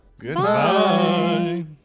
Goodbye